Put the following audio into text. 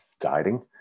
guiding